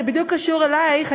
זה בדיוק קשור אלייך.